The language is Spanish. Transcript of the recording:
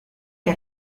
que